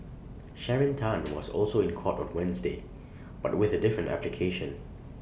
Sharon Tan was also in court on Wednesday but with A different application